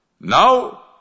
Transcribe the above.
Now